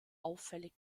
auffällig